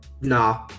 Nah